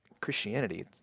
Christianity